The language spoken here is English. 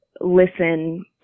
listen